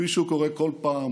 כפי שקורה כל פעם